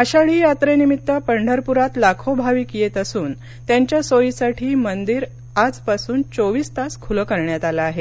आषाढी यात्रेनिमित्त पंढरप्रात लाखो भाविक येत असुन त्यांच्या सोयीसाठी मंदिर आजपासून चोवीस तास खूलं करण्यात आलं आहे